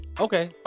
Okay